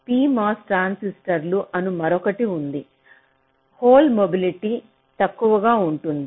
pMOS ట్రాన్సిస్టర్లు అను మరొకటి ఉంది హోల్ మొబిలిటీ తక్కువగా ఉంటుంది